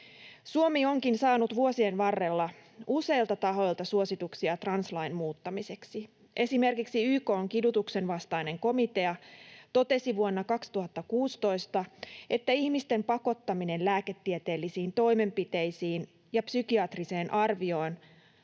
Suomi onkin saanut vuosien varrella useilta tahoilta suosituksia translain muuttamiseksi. Esimerkiksi YK:n kidutuksenvastainen komitea totesi vuonna 2016, että ihmisten pakottaminen lääketieteellisiin toimenpiteisiin ja psykiatriseen arvioon